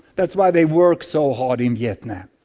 that's why they work so hard in vietnam.